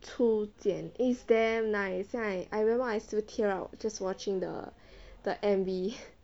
初见 is damn nice like I remember I still tear up just watching the the M_V